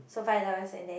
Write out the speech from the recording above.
so five dollars and then